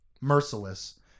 merciless